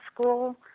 school